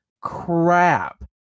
crap